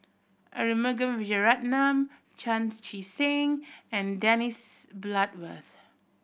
Arumugam Vijiaratnam Chan Chee Seng and Dennis Bloodworth